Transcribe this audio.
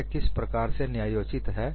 यह किस प्रकार से न्यायोचित है